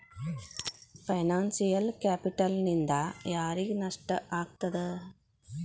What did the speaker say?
Financial ಕ್ಯಾಪಿಟಲ್ನಿಂದಾ ಯಾರಿಗ್ ನಷ್ಟ ಆಗ್ತದ?